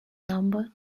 number